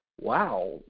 wow